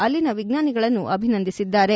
ಅಲ್ಲಿನ ವಿಜ್ವಾನಿಗಳನ್ನು ಅಭಿನಂದಿಸಿದ್ದಾರೆ